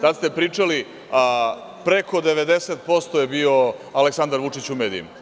Tada ste pričali - preko 90% je bio Aleksandar Vučić u medijima.